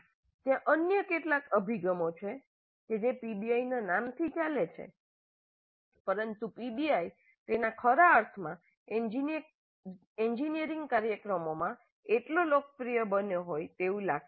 ત્યાં અન્ય કેટલાક અભિગમો છે જે પીબીઆઈના નામથી ચાલે છે પરંતુ પીબીઆઈ તેના ખરા અર્થમાં એન્જિનિયરિંગ કાર્યક્રમોમાં એટલું લોકપ્રિય બન્યું હોય તેવું લાગતું નથી